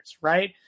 right